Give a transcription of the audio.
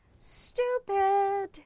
Stupid